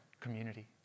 community